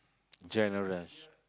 generous